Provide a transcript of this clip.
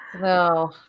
no